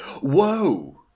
Whoa